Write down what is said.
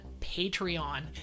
Patreon